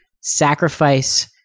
sacrifice